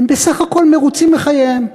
בסך הכול מרוצים מחייהם.